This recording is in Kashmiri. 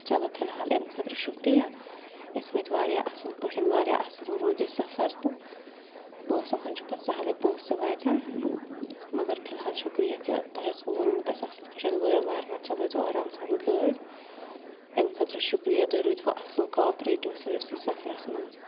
چلو فِلحال اَمہِ خٲطرٕ شُکریہ أسۍ وٲتۍ واریاہ اَصٕل پٲٹھۍ واریاہ اَصٕل روٗد یہِ سفر تہٕ پونٛسَن ہُنٛد چھِ پَتہٕ سہلٕے پونٛسہٕ تہِ واتن مگر فِلحال شُکریہ کہِ تۄہہِ اوسوُ ووٚنمُت اَسہِ اَصٕل پٲٹھۍ وَ وارٕ وارٕ چَلٲوزیو آرام سان گٲڑۍ اَمہِ خٲطرٕ شُکریہ تُہۍ روٗدوُ اَصٕل کاپریٹِو سٲرسٕے سفرَس منٛز